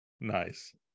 Nice